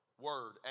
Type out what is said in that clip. word